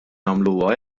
nagħmluha